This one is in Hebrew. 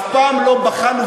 אף פעם לא בחנו,